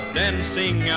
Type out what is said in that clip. dancing